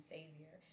Savior